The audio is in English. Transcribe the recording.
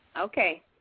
Okay